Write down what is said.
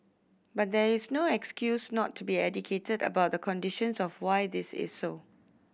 but that is no excuse not to be educated about the conditions of why this is so